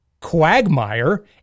quagmire